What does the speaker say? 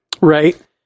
Right